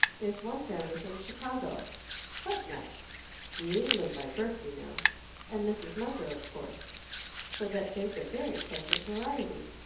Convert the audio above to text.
there's one family from chicago quite nice new england by birth, you know and mrs. munger, of course so that there's a very pleasant variety.